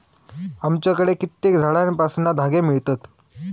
आमच्याकडे कित्येक झाडांपासना धागे मिळतत